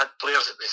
players